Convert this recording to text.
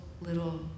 little